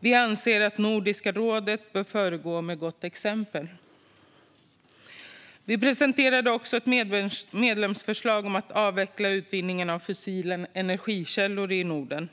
Vi anser att Nordiska rådet bör föregå med gott exempel. Vi presenterade också ett medlemsförslag om att avveckla utvinningen av fossila energikällor i Norden.